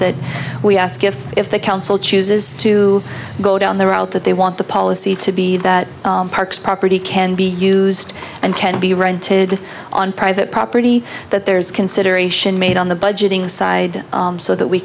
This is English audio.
that we ask if if the council chooses to go down the route that they want the policy to be that park's property can be used and can be rented on private property that there's consideration made on the budgeting side so that we